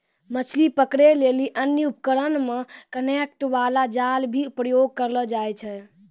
मछली पकड़ै लेली अन्य उपकरण मे करेन्ट बाला जाल भी प्रयोग करलो जाय छै